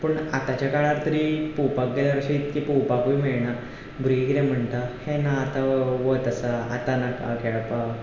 पूण आतांचे काळार तरी पळोवपाक गेल्यार अशें इतके पळोवपाकूय मेळना भुरगीं कितें म्हणटा हें ना आतां वत आसा आतां नाका खेळपाक